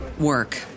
work